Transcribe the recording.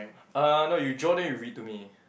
uh no you draw then you read to me